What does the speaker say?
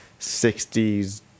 60s